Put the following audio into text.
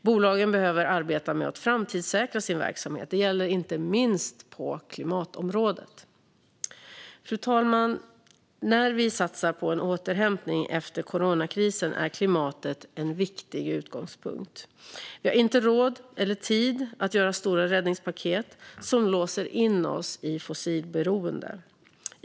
Bolagen behöver arbeta med att framtidssäkra sin verksamhet. Det gäller inte minst på klimatområdet. Fru talman! När vi satsar på en återhämtning efter coronakrisen är klimatet en viktig utgångspunkt. Vi har inte råd eller tid att göra stora räddningspaket som låser in oss i fossilberoende.